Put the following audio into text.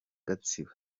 gatsibo